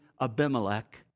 Abimelech